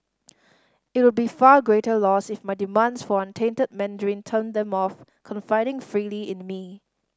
it would be far greater loss if my demands for untainted Mandarin turned them off confiding freely in me